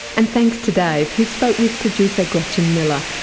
and thanks to dave, who spoke with producer gretchen miller,